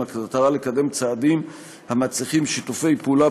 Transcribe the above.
במטרה לקדם צעדים המצריכים שיתופי פעולה